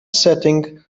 setting